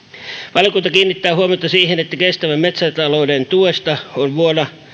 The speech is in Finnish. valiokunta kiinnittää huomiota siihen että kestävän metsätalouden tuesta on vuonna